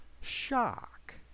shock